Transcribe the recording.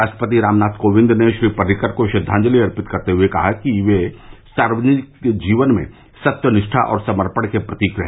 राष्ट्रपति रामनाथ कोविंद ने श्री पर्रिकर को श्रद्वाजंति अर्पित करते हुए कहा कि वे सार्वजनिक जीवन में सत्य निष्ठा और समर्पण के प्रतीक रहे